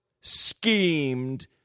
schemed